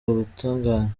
ubutungane